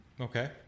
Okay